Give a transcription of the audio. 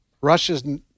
Russia's